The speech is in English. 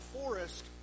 forest